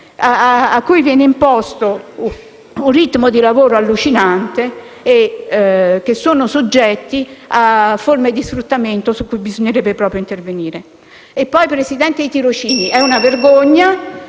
a cui viene imposto un ritmo di lavoro allucinante e che sono soggetti a forme di sfruttamento su cui bisognerebbe proprio intervenire. Signor Presidente, anche per i tirocini è una vergogna